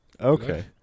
Okay